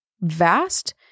vast